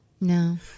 No